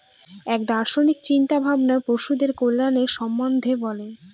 এক দার্শনিক চিন্তা ভাবনা পশুদের কল্যাণের সম্বন্ধে বলে